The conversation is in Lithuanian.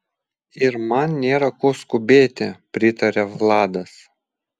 ir man nėra ko skubėti pritaria vladas